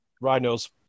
Rhinos